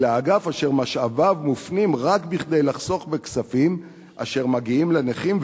אלא אגף אשר משאביו מופנים רק בכדי לחסוך בכספים אשר מגיעים לנכים,